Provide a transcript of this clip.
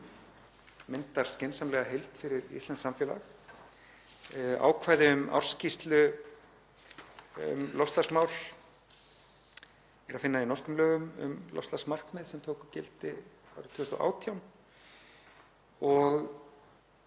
myndar skynsamlega heild fyrir íslenskt samfélag. Ákvæði um ársskýrslu um loftslagsmál er að finna í norskum lögum um loftslagsmarkmið sem tóku gildi árið 2018.